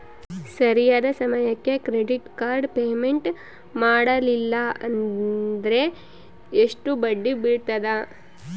ಸರಿಯಾದ ಸಮಯಕ್ಕೆ credit card payment ಮಾಡಲಿಲ್ಲ ಅಂದ್ರೆ ಎಷ್ಟು ಬಡ್ಡಿ ಬೇಳ್ತದ?